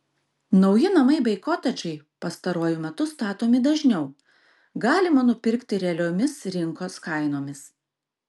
nauji namai bei kotedžai pastaruoju metu statomi dažniau galima nupirkti realiomis rinkos kainomis